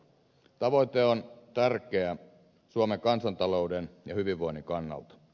tavoite on tärkeä suomen kansantalouden ja hyvinvoinnin kannalta